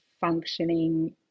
functioning